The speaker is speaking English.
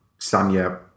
Sanya